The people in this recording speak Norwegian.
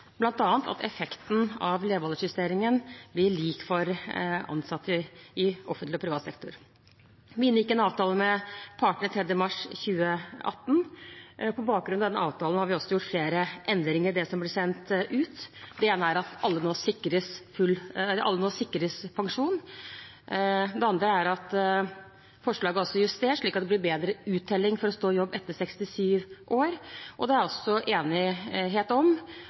bl.a. at effekten av levealderjusteringen blir lik for ansatte i offentlig og privat sektor. Vi inngikk en avtale med partene 3. mars 2018. På bakgrunn av den avtalen har vi gjort flere endringer i det som ble sendt ut. Det ene er at alle nå sikres pensjon. Det andre er at forslaget er justert slik at det blir bedre uttelling for å stå i jobb etter 67 år, og det er også enighet om